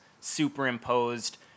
superimposed